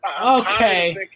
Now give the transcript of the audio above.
Okay